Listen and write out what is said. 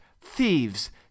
thieves